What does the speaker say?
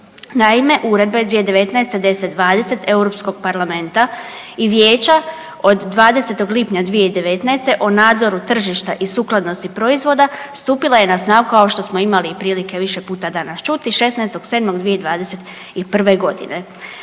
Naime, Uredba iz 2019., 1020 EU Parlamenta i Vijeća od 20. lipnja 2019. o nadzoru tržišta i sukladnosti proizvoda stupila je na snagu, kao što smo imali i prilike više puta danas čuti, 16.7.2021. g.